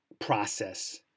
process